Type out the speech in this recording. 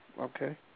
Okay